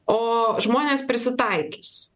o žmonės prisitaikys